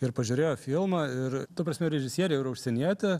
ir pažiūrėjo filmą ir ta prasme režisierė yra užsienietė